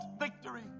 victory